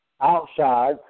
Outside